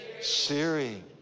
siri